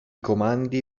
comandi